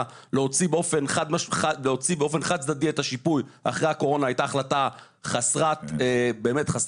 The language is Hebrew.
להוציא באופן חד צדדי את השיפוי אחרי הקורונה היתה החלטה חסרת הגיון,